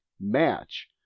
match